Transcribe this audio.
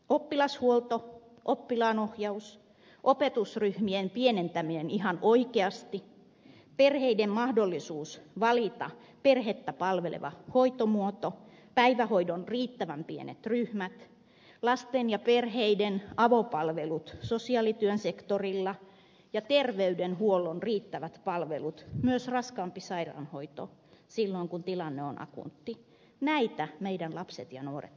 oppilashuolto oppilaanohjaus opetusryhmien pienentäminen ihan oikeasti perheiden mahdollisuus valita perhettä palveleva hoitomuoto päivähoidon riittävän pienet ryhmät lasten ja perheiden avopalvelut sosiaalityön sektorilla ja terveydenhuollon riittävät palvelut myös raskaampi sairaanhoito silloin kun tilanne on akuutti näitä meidän lapsemme ja nuoremme tarvitsevat